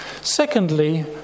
Secondly